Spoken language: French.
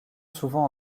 souvent